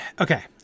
Okay